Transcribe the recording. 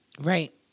Right